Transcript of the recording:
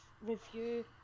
review